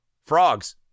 Frogs